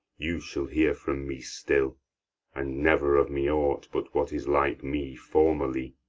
you shall hear from me still and never of me aught but what is like me formerly.